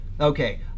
Okay